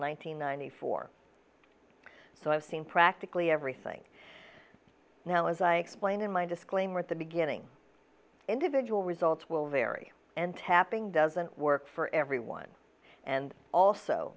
hundred four so i've seen practically everything now as i explained in my disclaimer at the beginning individual results will vary and tapping doesn't work for everyone and also